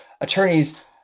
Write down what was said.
Attorneys